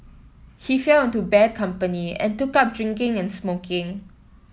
he fell into bad company and took up drinking and smoking